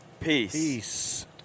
peace